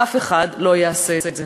אף אחד לא יעשה את זה.